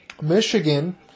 Michigan